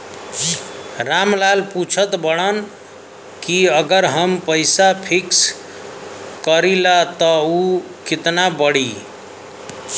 राम लाल पूछत बड़न की अगर हम पैसा फिक्स करीला त ऊ कितना बड़ी?